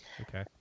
Okay